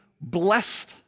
blessed